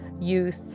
youth